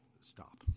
stop